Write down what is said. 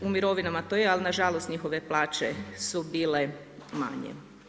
U mirovinama to je, ali nažalost, njihove plaće su bile manje.